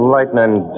Lightning